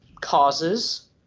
causes